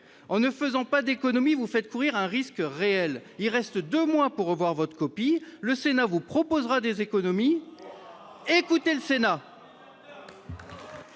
En ne faisant pas d'économies, vous faites courir un risque réel au pays. Il reste deux mois pour revoir votre copie. Le Sénat vous proposera des économies. Écoutez le Sénat !